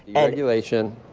deregulation,